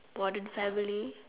modern family